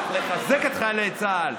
לחזק את חיילי צה"ל,